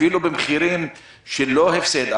אפילו במחירים שהם לא הפסד?